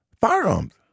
Firearms